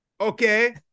Okay